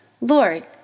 Lord